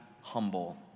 humble